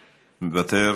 מוותר,